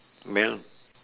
melt